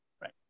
Right